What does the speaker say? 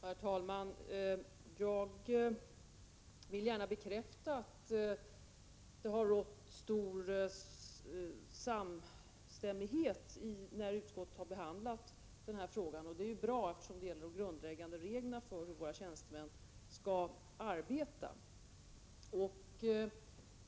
Herr talman! Jag vill gärna bekräfta att det rått stor samstämmighet när utskottet behandlat den här frågan. Det är bra, eftersom det gäller de grundläggande reglerna för hur våra tjänstemän skall arbeta.